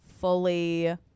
fully